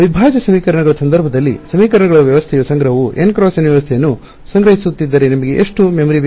ಅವಿಭಾಜ್ಯ ಸಮೀಕರಣಗಳ ಸಂದರ್ಭದಲ್ಲಿ ಸಮೀಕರಣಗಳ ವ್ಯವಸ್ಥೆಯ ಸಂಗ್ರಹವು n×n ವ್ಯವಸ್ಥೆಯನ್ನು ಸಂಗ್ರಹಿಸುತ್ತಿದ್ದರೆ ನಿಮಗೆ ಎಷ್ಟು ಮೆಮೊರಿ ಬೇಕು